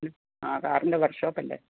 ആ കാറിൻ്റെ workshop അല്ലേ